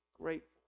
grateful